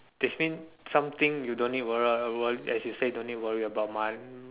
explain something you don't need worry worry as you say don't need to worry about mon~